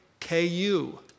KU